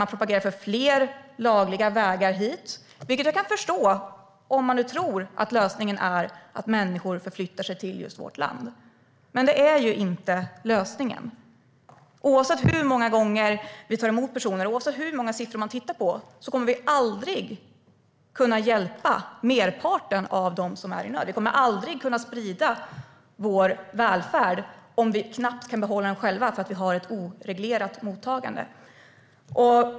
Man propagerar för fler lagliga vägar hit, vilket jag kan förstå, om man nu tror att lösningen är att människor förflyttar sig till just vårt land. Men det är ju inte lösningen. Oavsett hur många gånger vi tar emot personer och hur många siffror man tittar på kommer vi aldrig att kunna hjälpa merparten av dem som är i nöd. Vi kommer aldrig att kunna sprida vår välfärd om vi knappt kan behålla den själva därför att vi har ett oreglerat mottagande.